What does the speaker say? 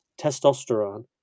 testosterone